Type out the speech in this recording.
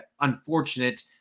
unfortunate